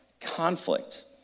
conflict